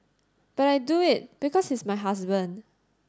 but I do it because he's my husband